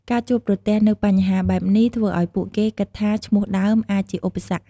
ការជួបប្រទះនូវបញ្ហាបែបនេះ ធ្វើឲ្យពួកគេគិតថាឈ្មោះដើមអាចជាឧបសគ្គ។